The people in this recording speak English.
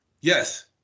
yes